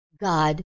God